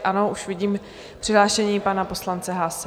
Ano, už vidím přihlášení pana poslance Haase.